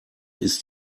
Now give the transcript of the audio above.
ist